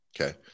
okay